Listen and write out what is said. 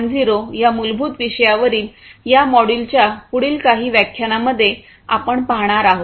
0 या मूलभूत विषयावरील या मॉड्यूलच्या पुढील काही व्याख्यानांमध्ये आपण पाहणार आहोत